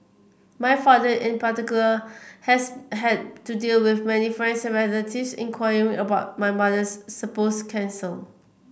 my father in particular has had to deal with many friends and relatives inquiring about my mother's supposed cancer